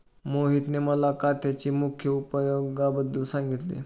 मोहितने मला काथ्याच्या मुख्य उपयोगांबद्दल सांगितले